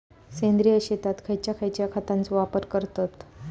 सेंद्रिय शेतात खयच्या खयच्या खतांचो वापर करतत?